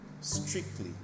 strictly